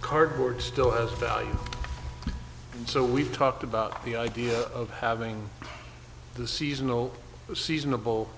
cardboard still has value so we've talked about the idea of having the seasonal seasonable